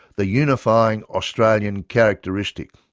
the unifying australian characteristic.